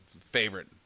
favorite